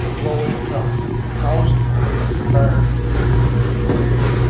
low income housing are many of their clients.